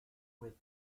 with